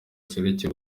zerekeye